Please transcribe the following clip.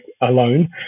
alone